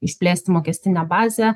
išplėsti mokestinę bazę